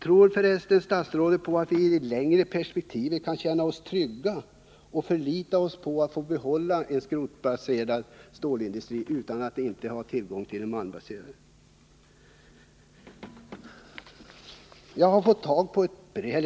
Tror f. ö. statsrådet att vi i ett längre perspektiv kan känna oss trygga, om vi skall förlita oss på en skrotbaserad stålindustri utan att ha tillgång till en malmbaserad sådan?